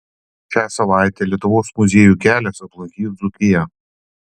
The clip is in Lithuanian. šią savaitę lietuvos muziejų kelias aplankys dzūkiją